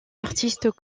artistes